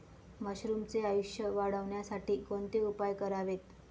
मशरुमचे आयुष्य वाढवण्यासाठी कोणते उपाय करावेत?